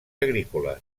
agrícoles